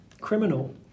Criminal